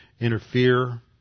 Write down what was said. interfere